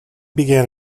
began